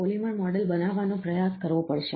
polymer model બનાવવાનો પ્રયાસ કરવો પડશે